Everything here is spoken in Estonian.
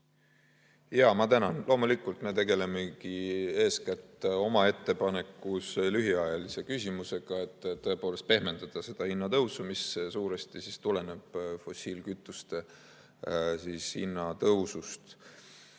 Ma tänan! Loomulikult me tegelemegi eeskätt oma ettepanekus lühiajalise küsimusega, et tõepoolest pehmendada seda hinnatõusu, mis suuresti tuleneb fossiilkütuste hinna tõusust.